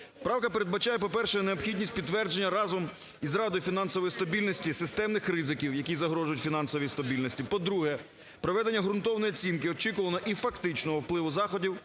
Правка передбачає, по-перше, необхідність підтвердження разом з Радою фінансової стабільності системних ризиків, які загрожують фінансовій стабільності. По-друге, проведення ґрунтовної оцінки очікуваного і фактичного впливу заходів